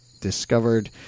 discovered